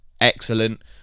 excellent